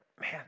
man